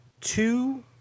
two